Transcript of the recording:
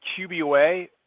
QBOA